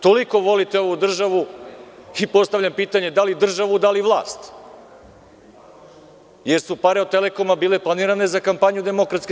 Toliko volite ovu državu, a ja postavljam pitanje da li državu ili vlast jer su pare od Telekoma bile planirane za kampanju DS.